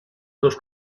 dos